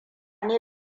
ne